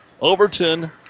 Overton